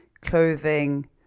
clothing